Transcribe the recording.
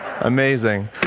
Amazing